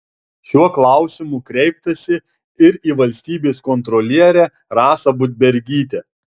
šiuo klausimu kreiptasi ir į valstybės kontrolierę rasą budbergytę